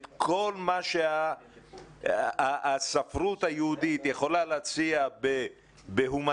את כל מה שהספרות היהודית יכולה להציע בהומניזם,